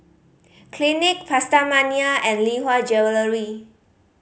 Clinique PastaMania and Lee Hwa Jewellery